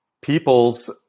peoples